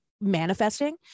manifesting